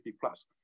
plus